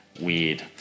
Weird